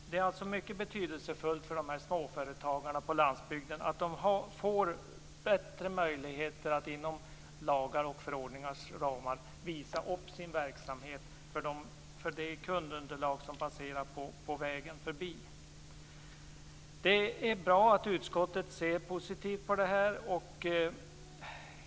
Det är alltså mycket betydelsefullt för småföretagarna på landsbygden att de får bättre möjligheter att inom lagars och förordningars ramar visa upp sin verksamhet för det kundunderlag som passerar förbi på vägen. Det är bra att utskottet ser positivt på det här.